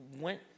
went